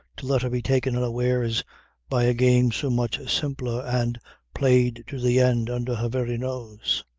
to let her be taken unawares by a game so much simpler and played to the end under her very nose.